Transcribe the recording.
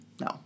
No